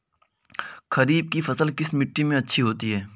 खरीफ की फसल किस मिट्टी में अच्छी होती है?